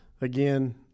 again